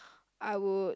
I would